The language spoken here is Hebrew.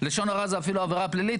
לשון הרע זה אפילו עבירה פלילית,